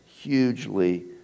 Hugely